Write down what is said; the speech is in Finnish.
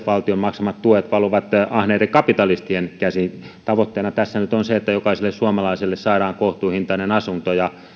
valtion maksamat tuet valuvat ahneiden kapitalistien käsiin tavoitteena tässä nyt on se että jokaiselle suomalaiselle saadaan kohtuuhintainen asunto ja